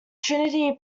trinity